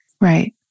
right